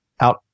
out